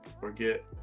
forget